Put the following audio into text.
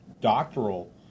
doctoral